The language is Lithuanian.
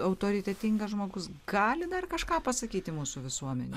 autoritetingas žmogus gali dar kažką pasakyti mūsų visuomenei